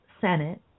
Senate